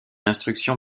instruction